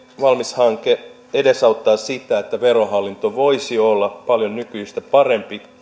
valmis hanke edesauttaa sitä että verohallinto voisi olla paljon nykyistä parempi